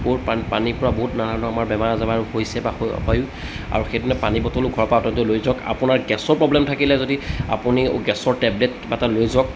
পানীৰ পৰা বহুত নানা ধৰণৰ আমাৰ বেমাৰ আজাৰ হৈছে বা হৈ হয়ো আৰু সেইদিনা পানী বটলো ঘৰৰ পৰা অন্তত লৈ যাওক আপোনাৰ গেছৰ প্ৰব্লেম থাকিলে যদি আপুনি গেছৰ টেবলেট কিবা এটা লৈ যাওক